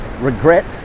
regret